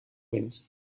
wind